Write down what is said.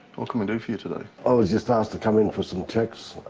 what can we do for you today? i was just asked to come in for some tests,